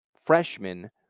freshman